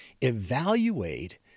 Evaluate